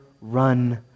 run